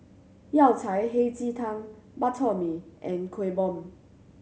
Yao Cai Hei Ji Tang Bak Chor Mee and Kuih Bom